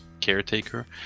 caretaker